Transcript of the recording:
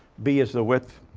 b is the width,